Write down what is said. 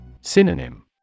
Synonym